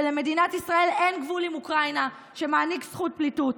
ולמדינת ישראל אין גבול עם אוקראינה שמעניק זכות פליטות.